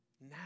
now